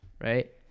right